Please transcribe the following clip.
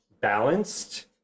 balanced